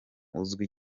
uzwi